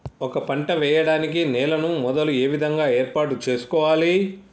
ఒక పంట వెయ్యడానికి నేలను మొదలు ఏ విధంగా ఏర్పాటు చేసుకోవాలి?